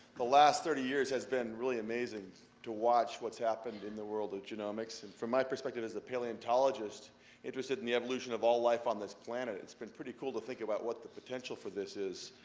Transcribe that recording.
the last thirty years has been really amazing to watch what's happened in the world of genomics. and from my perspective, as a paleontologist interested in the evolution of all life on this planet, it's been pretty cool to think about what the potential for this is,